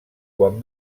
quan